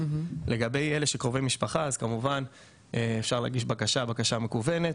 לגבי קרובי משפחה, אפשר להגיש בקשה מקוונת.